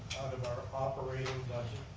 out of our operating budget,